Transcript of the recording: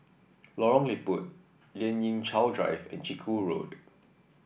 Lorong Liput Lien Ying Chow Drive and Chiku Road